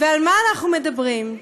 על מה אנחנו מדברים?